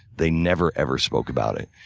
they never, ever spoke about it.